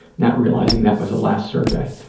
not realizing that was the last survey.